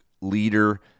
leader